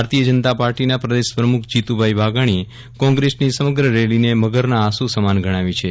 ભારતીય જનતા પાર્ટીના પ્રદેશ પ્રમુખ શ્રી જીતુભાઇ વાઘાણીએ કોંગ્રેસની સમગ્ર રેલીને મગરનાં આંસુ સમાન ગણાવી છે